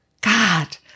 god